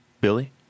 Billy